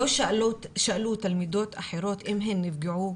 לא שאלו תלמידות אחרות אם הן נפגעו,